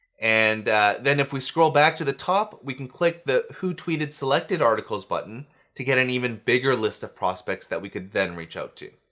and then if we scroll back to the top, we can click the who tweeted selected articles button to get an even bigger list of prospects that we could then reach out to.